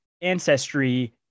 ancestry